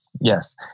Yes